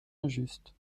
injuste